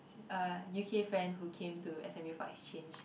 A u_k friend who came to s_m_u for exchange